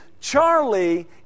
Charlie